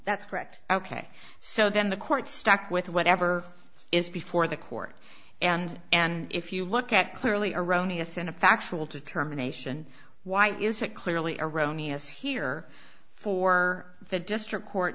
that's correct ok so then the court stuck with whatever is before the court and and if you look at clearly erroneous and a factual determination why is it clearly erroneous here for the district court